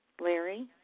Larry